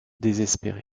désespéré